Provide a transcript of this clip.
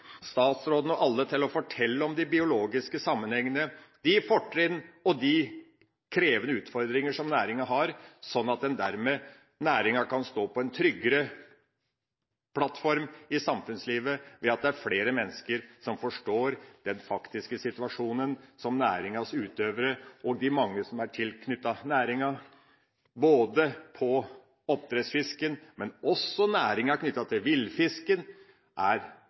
statsråden og alle til å fortelle om de biologiske sammenhengene, de fortrinn og de krevende utfordringene som næringa har. Næringa kan dermed stå på en tryggere plattform i samfunnslivet, ved at det er flere mennesker som forstår den faktiske situasjonen som næringas utøvere og de mange som er tilknyttet næringa, er i både til oppdrettsfisken og også næringer knyttet til villfisken, er